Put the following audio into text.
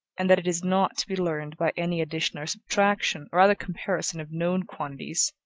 and that it is not to be learned by any addition or subtraction or other comparison of known quantities,